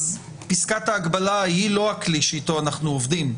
פסקת ההגבלה היא לא הכלי שאיתו אנחנו עובדים.